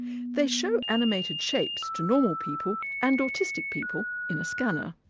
they show animated shapes to normal people and autistic people in a scanner.